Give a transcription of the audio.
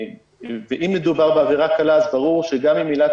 אם מדובר בעבירה קלה אז ברור שגם אם עילת